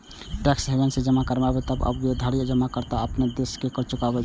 tax haven मे जमा करनाय तबे तक वैध छै, जाधरि जमाकर्ता अपन देशक कर चुकबै छै